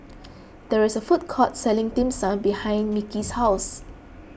there is a food court selling Dim Sum behind Micky's house